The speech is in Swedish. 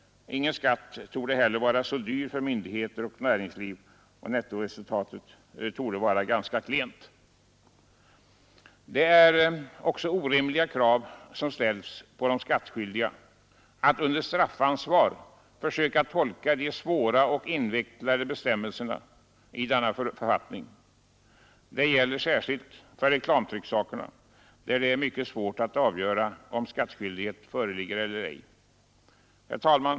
Ingen skatt torde heller vara så dyr som denna för myndigheter och näringsliv, och nettoresultatet torde vara ganska klent. Det är också orimliga krav som ställs på de skattskyldiga: att under straffansvar försöka tolka de svåra och invecklade bestämmelserna i denna författning. Det gäller särskilt för reklamtrycksakerna, där det är mycket svårt att avgöra om skattskyldighet föreligger eller ej.